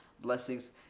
Blessings